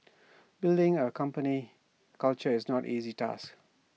building A company culture is not easy task